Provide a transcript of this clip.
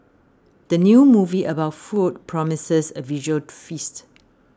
the new movie about food promises a visual feast